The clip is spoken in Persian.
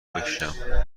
بکشم